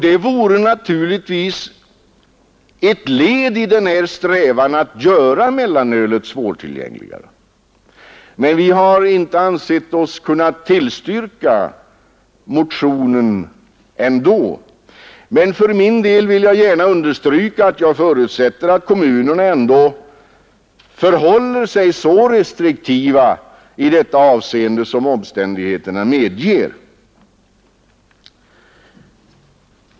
Det är naturligtvis ett led i strävan att göra mellanölet svårtillgängligt, men vi har ändå inte ansett oss kunna tillstyrka motionen. För min del vill jag gärna understryka att jag förutsätter att kommunerna ändå förhåller sig så restriktiva i detta avseende som omständigheterna medger.